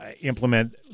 implement